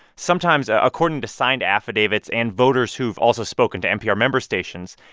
sometimes, ah according to signed affidavits and voters who've also spoken to npr member stations,